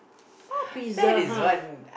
!wah! pizza-hut